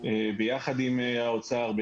יחד עם האוצר,